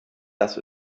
das